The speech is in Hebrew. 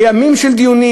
בימים של דיונים